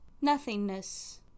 nothingness